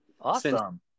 Awesome